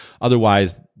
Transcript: otherwise